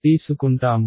తీసుకుంటాము